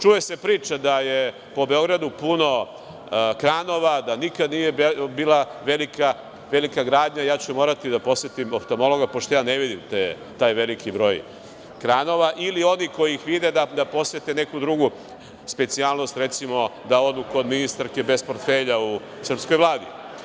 Čuje se priča da je po Beogradu puno kranova, da nikad nije bila velika gradnja i ja ću morati da posetim oftamologa pošto ne vidim taj veliki broj kranova ili oni koji ih vide da posete neku drugu specijalnost, recimo da odu kod ministarke bez portfelja u srpskoj Vladi.